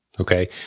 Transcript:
Okay